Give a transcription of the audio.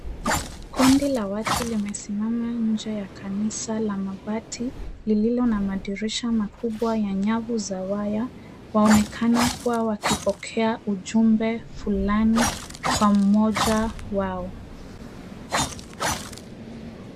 Kundi la watu limesimama nje ya kanisa la mabati. Lililo na madirisha makubwa ya nyavu za waya. waonekana kuwa wakipokea ujumbe fulani kwa mmoja wao.